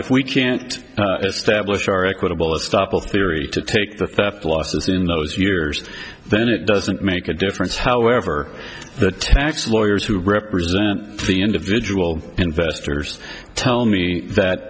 if we can't establish our equitable and stop all theory to take the theft losses in those years then it doesn't make a difference however the tax lawyers who represent the individual investors told me